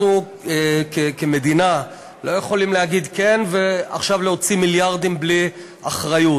אנחנו כמדינה לא יכולים להגיד "כן" ועכשיו להוציא מיליארדים בלי אחריות.